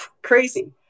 Crazy